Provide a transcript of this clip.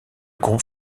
groupe